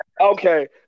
Okay